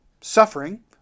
suffering